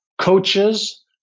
coaches